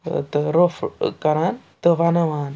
تہٕ روٚف کران تہٕ وَنوان